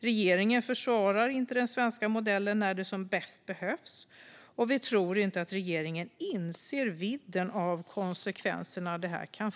Regeringen försvarar inte den svenska modellen när den behövs som bäst, och vi tror inte att regeringen inser vidden av konsekvenserna.